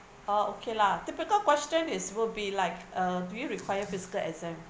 ah okay lah typical question is would be like uh do you require physical exam